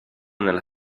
nella